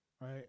right